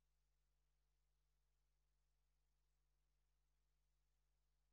23:25 ונתחדשה בשעה